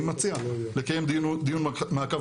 אני מציע לקיים דיון מעקב,